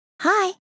Hi